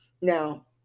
Now